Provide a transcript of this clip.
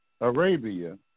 Arabia